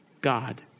God